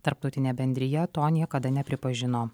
tarptautinė bendrija to niekada nepripažino